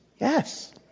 Yes